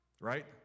Right